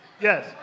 Yes